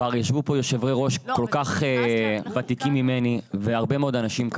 כבר ישבו כאן יושבי ראש ותיקים ממני והרבה מאוד אנשים.